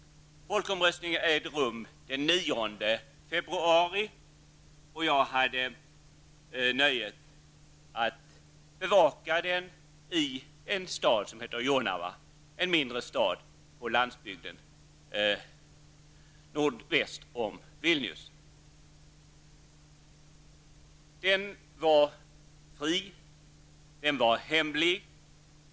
Folkomröstningen ägde rum den 9 februari, och jag hade nöjet att bevaka den i en stad som heter Omröstningen var fri och hemlig.